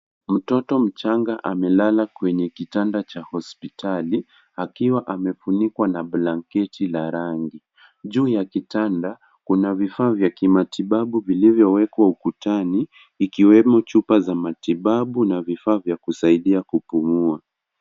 Mtoto mchanga amelala kwenye kitanda cha hospitali akiwa amefunikwa na blanketi la rangi juu ya kitanda kuna vifaa vya kimatibabu vilivyowekwa ukutani ikiwemo chupa za matibabu na vifaa vya kusaidia kupumua.